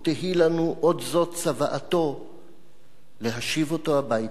ותהי לנו עוד זאת צוואתו להשיב אותו הביתה.